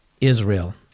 Israel